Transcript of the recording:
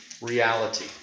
reality